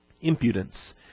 Impudence